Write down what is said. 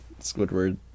Squidward